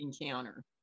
encounter